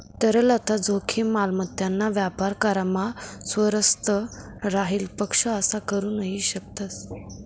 तरलता जोखीम, मालमत्तेना व्यापार करामा स्वारस्य राहेल पक्ष असा करू नही शकतस